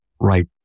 right